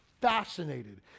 fascinated